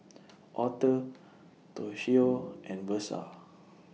Aurthur Toshio and Versa